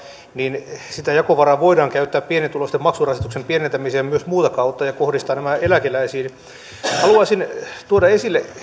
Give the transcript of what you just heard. niin sitä jakovaraa voidaan käyttää pienituloisten maksurasitusten pienentämiseen myös muuta kautta ja kohdistaa nämä eläkeläisiin haluaisin tuoda esille